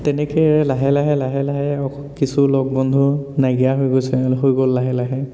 তেনেকৈ লাহে লাহে লাহে লাহে কিছু লগ বন্ধু নাইকিয়া হৈ গৈছে হৈ গ'ল লাহে লাহে